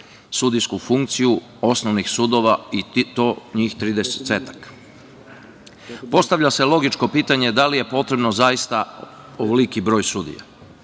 sudijsku funkciju osnovnih sudova i to njih tridesetak. Postavlja se logično pitanja – da li je potreban zaista ovoliki broj sudija?